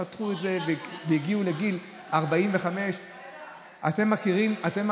חתכו את זה והגיעו לגיל 45. אתם מכירים